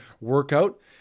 workout